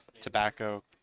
tobacco